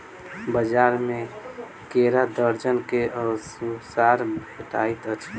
बजार में केरा दर्जन के अनुसारे भेटइत अछि